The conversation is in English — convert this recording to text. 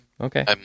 Okay